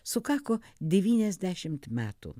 sukako devyniasdešimt metų